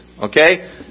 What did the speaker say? Okay